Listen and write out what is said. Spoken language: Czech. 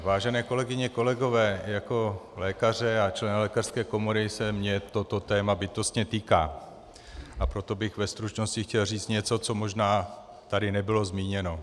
Vážené kolegyně, kolegové, jako lékaře a člena lékařské komory se mě toto téma bytostně týká, a proto bych ve stručnosti chtěl říct něco, co tady možná nebylo zmíněno.